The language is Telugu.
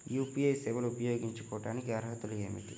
యూ.పీ.ఐ సేవలు ఉపయోగించుకోటానికి అర్హతలు ఏమిటీ?